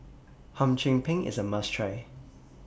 Hum Chim Peng IS A must Try